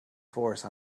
force